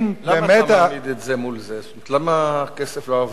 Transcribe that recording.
למה אתה מעמיד את זה מול זה?